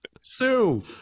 Sue